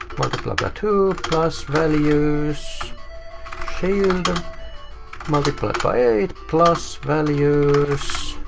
multiplied by two, plus values shield and multiplied by eight, plus. values